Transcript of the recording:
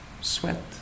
sweat